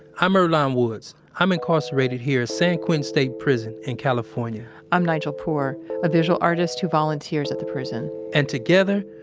i'm earlonne woods. i'm incarcerated here at san quentin state prison in california i'm nigel poor, a visual artist who volunteers at the prison and together,